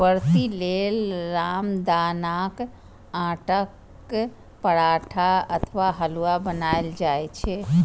व्रती लेल रामदानाक आटाक पराठा अथवा हलुआ बनाएल जाइ छै